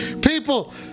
people